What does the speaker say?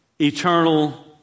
eternal